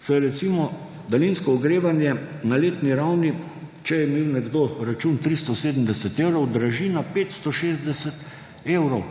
se recimo daljinsko ogrevanje na letni ravni, če je imel nekdo račun 370 evrov, draži na 560 evrov.